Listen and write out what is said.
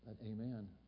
amen